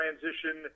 transition